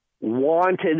wanted